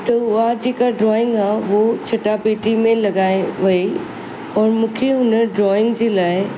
त हुआ जेका ड्रॉइंग आहे उहो चिटा भेटी में लॻाइ वई ऐं मूंखे उन ड्रॉइंग जे लाइ